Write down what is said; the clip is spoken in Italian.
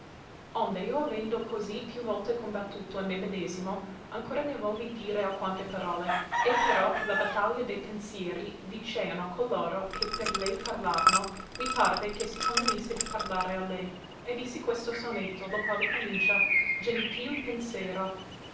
onde io avendo così più volte combattuto in me medesimo ancora ne volli dire alquante parole e però che la battaglia de pensieri vinceano coloro che per lei parlavano mi parve che si convenisse di parlare a lei e dissi questo sonetto lo quale comincia gentil pensero